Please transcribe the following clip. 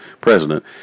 president